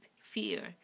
fear